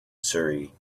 surrey